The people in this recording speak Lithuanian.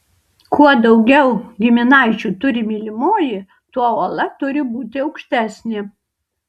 kuo daugiau giminaičių turi mylimoji tuo uola turi būti aukštesnė